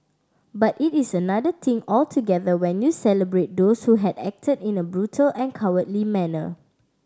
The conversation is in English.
but it is another thing altogether when you celebrate those who had acted in a brutal and cowardly manner